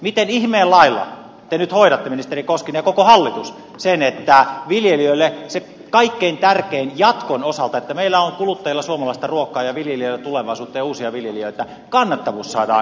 miten ihmeen lailla te nyt hoidatte ministeri koskinen ja koko hallitus sen että viljelijöille se kaikkein tärkein jatkon osalta että meillä on kuluttajilla suomalaista ruokaa ja viljelijöillä tulevaisuutta ja on uusia viljelijöitä kannattavuus saadaan kohenemaan